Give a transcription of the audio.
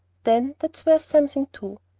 then that's worth something, too.